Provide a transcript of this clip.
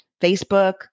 Facebook